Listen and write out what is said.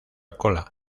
cola